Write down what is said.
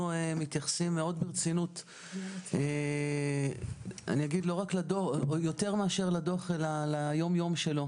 מתייחסים מאוד ברצינות - יותר מאשר לדוח אלא ליום-יום שלו.